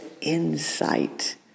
insight